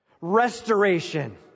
restoration